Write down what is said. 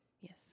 yes